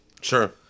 Sure